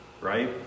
right